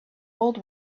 old